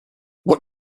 what